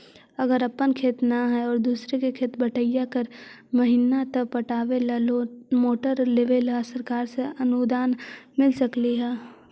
अगर अपन खेत न है और दुसर के खेत बटइया कर महिना त पटावे ल मोटर लेबे ल सरकार से अनुदान मिल सकले हे का?